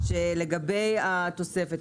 לגבי התוספת,